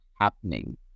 happening